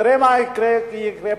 תראה מה יקרה, יקרה